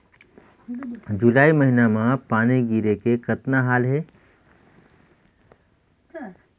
जुलाई महीना म पानी गिरे के कतना हाल हे?